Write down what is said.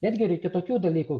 netgi ir iki tokių dalykų